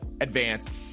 advanced